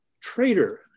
traitor